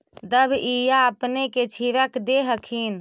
दबइया अपने से छीरक दे हखिन?